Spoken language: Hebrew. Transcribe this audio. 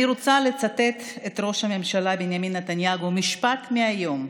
אני רוצה לצטט את ראש הממשלה בנימין נתניהו במשפט מהיום,